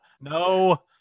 no